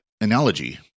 analogy